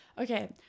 Okay